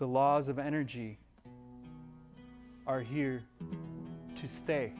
the laws of energy are here to stay